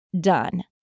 done